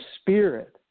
Spirit